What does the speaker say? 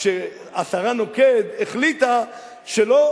שהשרה נוקד החליטה שלא